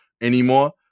anymore